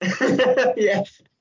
Yes